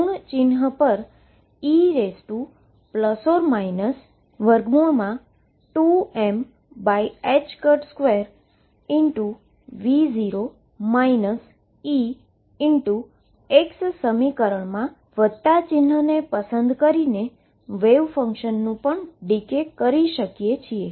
x0 માટે ઋણ ચિન્હ પર e2m2V0 Ex સમીકરણમા વત્તા ચિહ્નને પસંદ કરીને વેવ ફંક્શનનું ડીકે કરી શકીએ છીએ